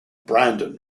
brandon